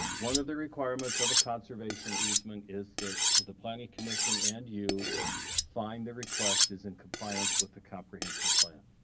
one of the requirements of a conservation easement is that the planning commission and you find the request is in compliance with the comprehensive plan.